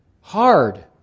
hard